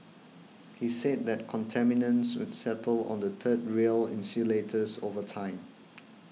he said that contaminants would settle on the third rail insulators over time